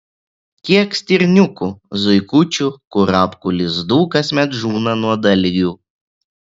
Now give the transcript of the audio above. kiek stirniukų zuikučių kurapkų lizdų kasmet žūna nuo dalgių